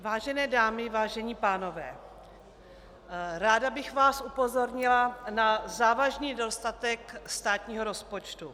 Vážené dámy, vážení pánové, ráda bych vás upozornila na závažný nedostatek státního rozpočtu.